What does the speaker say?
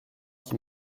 qui